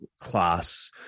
class